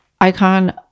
icon